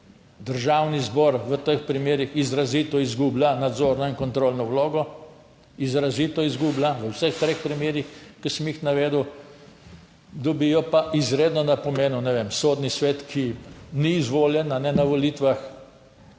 Državni zbor v teh primerih izrazito izgublja nadzorno in kontrolno vlogo, izrazito izgublja v vseh treh primerih, ki sem jih navedel. Dobijo pa izredno na pomenu, ne vem, Sodni svet, ki ni izvoljen na volitvah,